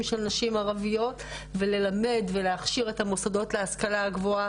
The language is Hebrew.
של נשים ערביות וללמד ולהכשיר את המוסדות להשכלה גובהה,